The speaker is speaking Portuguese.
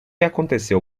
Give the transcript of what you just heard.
aconteceu